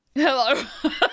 hello